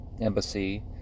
embassy